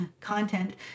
content